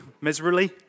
miserably